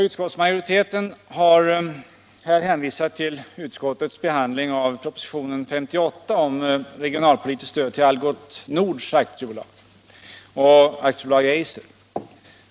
Utskottsmajoriteten har här hänvisat till utskottets behandling av propositionen 58 om regionalpolitiskt stöd till Algots Nord AB och AB Eiser.